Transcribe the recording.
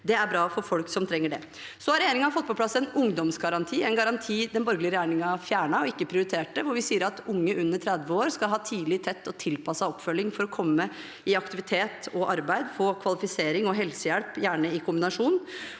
Det er bra for folk som trenger det. Så har regjeringen fått på plass en ungdomsgaranti, en garanti den borgerlige regjeringen fjernet, ikke prioriterte, og hvor vi sier at unge under 30 år skal ha tidlig, tett og tilpasset oppfølging for å komme i aktivitet og arbeid – få kvalifisering og helsehjelp, gjerne i kombinasjon.